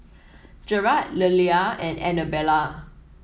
Jerad Lelia and Anabella